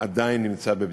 עדיין נמצא בבדיקה.